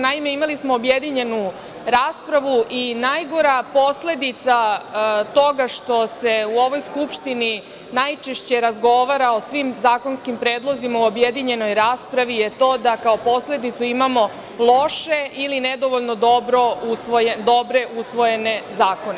Naime, imali smo objedinjenu raspravu i najgora posledica toga što se u ovoj Skupštini najčešće razgovara o svim zakonskim predlozima u objedinjenoj raspravi je to da kao posledicu imamo loše ili nedovoljno dobro usvojene zakone.